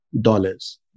dollars